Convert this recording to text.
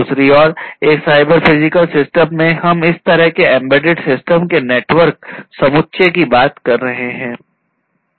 दूसरी और एक साइबर फिजिकल सिस्टम में हम इस तरह के एंबेडेड सिस्टम के नेटवर्क समुच्चय की बात कर रहे है